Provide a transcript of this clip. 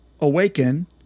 awaken